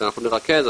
שאנחנו נרכז,